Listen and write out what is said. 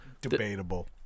debatable